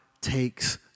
takes